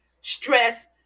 stress